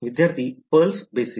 विद्यार्थीः pulse basis